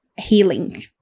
healing